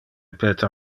peter